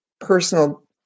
personal